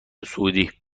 سعودی